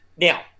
Now